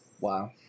Wow